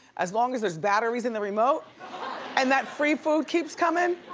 as long as there's batteries in the remote and that free food keeps comin',